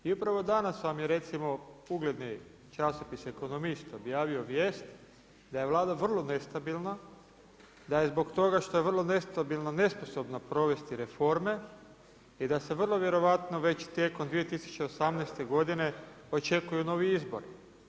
I upravo danas vam je recimo ugledni časopis Ekonomist objavio vijest da je Vlada vrlo nestabilna, da je zbog toga što je vrlo nestabilna nesposobna provesti reforme i da se vrlo vjerojatno već tijekom 2018. godine očekuju novi izbori.